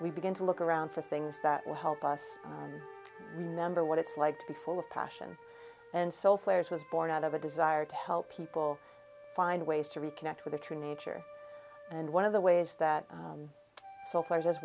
we begin to look around for things that will help us and remember what it's like to be full of passion and so flares was born out of a desire to help people find ways to reconnect with the true nature and one of the ways that so far has